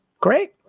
great